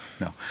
no